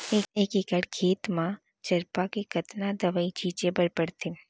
एक एकड़ खेत म चरपा के कतना दवई छिंचे बर पड़थे?